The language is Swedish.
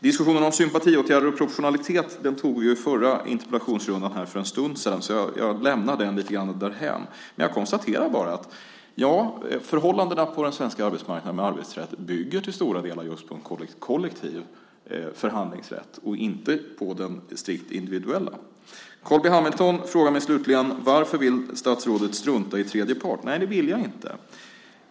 Diskussionen om sympatiåtgärder och professionalitet tog vi i förra interpellationsrundan för en stund sedan, och jag lämnar den därför lite grann därhän. Jag konstaterar bara att förhållandena på den svenska arbetsmarknaden med arbetsrätt till stora delar bygger på en kollektiv förhandlingsrätt och inte på den strikt individuella. Carl B Hamilton frågade mig slutligen om varför jag vill strunta i tredje part. Nej, det vill jag inte.